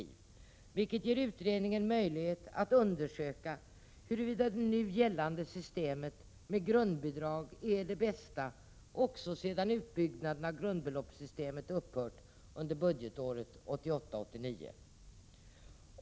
På det sättet får utredningen möjlighet att undersöka huruvida det nu gällande systemet med grundbidrag är det bästa också sedan utbyggnaden av grundbeloppssystemet upphört under budgetåret 1988/89.